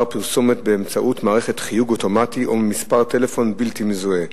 פרסומת באמצעות מערכת חיוג אוטומטי או ממספר טלפון בלתי מזוהה,